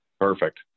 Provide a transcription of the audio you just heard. perfect